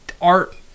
art